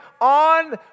on